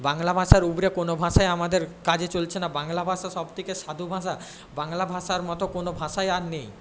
বাংলা ভাষার উপরে কোনো ভাষাই আমাদের কাজে চলছে না বাংলা ভাষা সব থেকে সাধু ভাষা বাংলা ভাষার মতো কোনো ভাষাই আর নেই